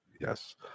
yes